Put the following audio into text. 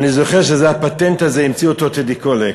אני זוכר שאת הפטנט הזה המציא טדי קולק.